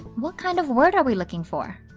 what kind of word are we looking for?